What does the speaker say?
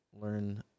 learn